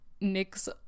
Nick's